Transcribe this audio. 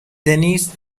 دنیس